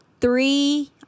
three